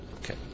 Okay